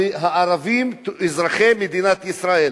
הערבים אזרחי מדינת ישראל.